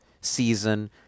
season